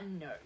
no